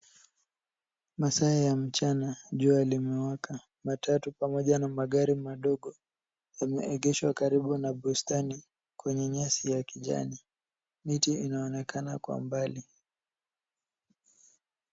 Masaa ya mchana jua limewaka. Matatu pamoja na magari madogo yameegeshwa karibu na bustani kwenye nyasi ya kijani. Miti inaonekana kwa mbali.